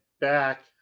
back